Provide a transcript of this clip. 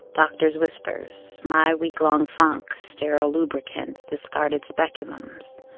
doctors' whispers, my weeklong funk, sterile lubricants, discarded speculums.